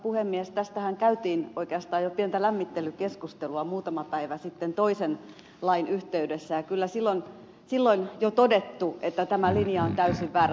tästähän käytiin oikeastaan jo pientä lämmittelykeskustelua muutama päivä sitten toisen lain yhteydessä ja kyllä silloin on jo todettu että tämä linja on täysin väärä